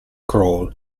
crawl